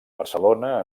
barcelona